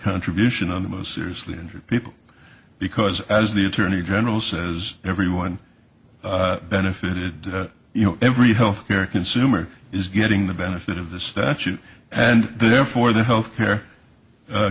contribution on the most seriously injured people because as the attorney general says everyone benefited you know every health care consumer is getting the benefit of the statute and therefore the health care